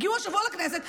הגיעו השבוע לכנסת,